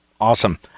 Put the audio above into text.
awesome